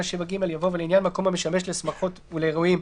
7(ג)" יבוא "ולעניין מקום המשמש לשמחות ולאירועים,